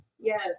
Yes